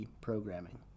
programming